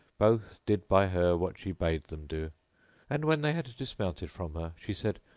both did by her what she bade them do and, when they had dismounted from her, she said,